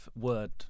word